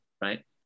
right